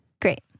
Great